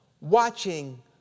watching